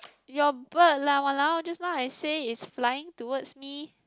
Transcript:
your bird lah !walao! just now I say is flying towards me